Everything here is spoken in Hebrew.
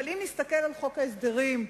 אבל אם נסתכל על חוק ההסדרים הזה,